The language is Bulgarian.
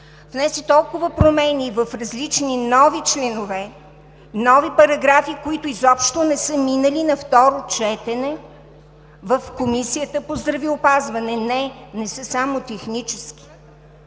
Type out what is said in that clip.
внесе толкова промени в различни нови членове, нови параграфи, които изобщо не са минали на второ четене в Комисията по здравеопазването. (Реплика